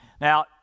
Now